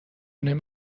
نمی